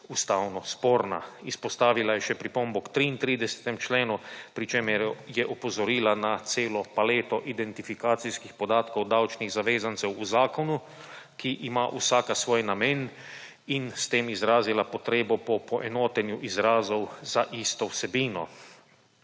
ustavno sporna. Izpostavila je še pripombo k 33. členu, pri čemer je opozorila na celo paleto identifikacijskih podatkov davčnih zavezancev v zakonu, ki ima vsaka svoj namen, in s tem izrazila potrebno po poenotenju izrazov za isto vsebino.